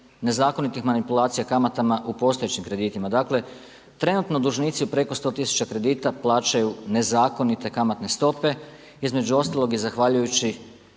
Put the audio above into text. nezakonitih manipulacija kamatama u postojećim kreditima. Dakle trenutno dužnici u preko 100 tisuća kredita plaćaju nezakonite kamatne stope između ostalog i zahvaljujući